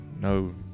No